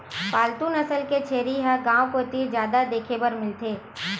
पालतू नसल के छेरी ह गांव कोती जादा देखे बर मिलथे